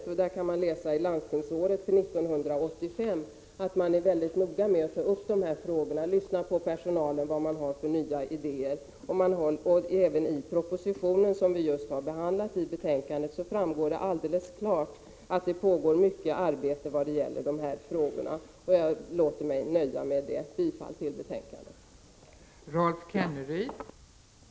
I Landstingsförbundets verksamhetsberättelse ”Landstingsåret 1985” står det att man är väldigt noga med att ta upp sådana här frågor. Man lyssnar på personalen för att få reda på om det finns några nya idéer. Även av propositionen, som vi ju har behandlat i detta betänkande, framgår det alldeles tydligt att ett omfattande arbete pågår på detta område. Jag låter mig nöja med detta. Jag yrkar bifall till utskottets hemställan i betänkandet.